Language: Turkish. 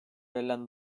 verilen